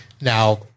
now